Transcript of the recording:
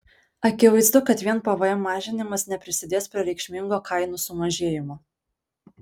akivaizdu kad vien pvm mažinimas neprisidės prie reikšmingo kainų sumažėjimo